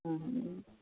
ହୁଁ